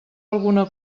alguna